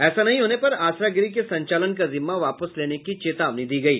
ऐसा नहीं होने पर आसरा गृह के संचालन का जिम्मा वापस लेने की चेतावनी दी गयी